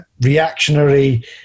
reactionary